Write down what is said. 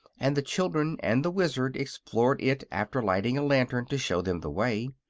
and the children and the wizard explored it after lighting a lantern to show them the way.